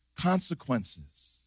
consequences